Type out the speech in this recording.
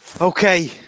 okay